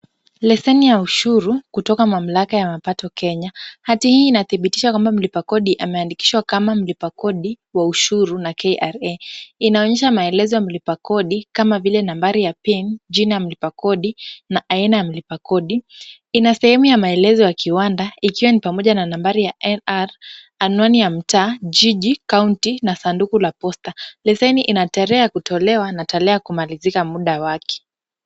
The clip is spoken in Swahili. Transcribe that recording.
Leseni ya ushuru kutoka mamlaka ya mapato Kenya. Hati hii inadhibitisha kwamba mlipa kodi ameandikishwa kama mlipa kodi wa ushuru na KRA . Inaonyesha maelezo ya mlipa kodi kama vile nambari ya PIN , jina ya mlipa kodi na aina ya mlipa kodi. Ina sehemu ya maelezo ya kiwanda ikiwa ni pamoja na nambari ya NR , anwani ya mtaa, jiji, kaunti na sanduku la posta. Leseni ina tarehe ya kutolewa na tarehe ya kumalizisha muda wake.